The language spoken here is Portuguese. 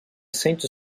sente